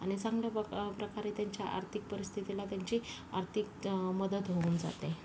आणि चांगल्या प्रका प्रकारे त्यांच्या आर्थिक परिस्थितीला त्यांची आर्थिक मदत होऊन जाते